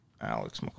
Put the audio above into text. Alex